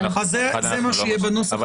אז זה מה שיהיה אדוני בנוסח.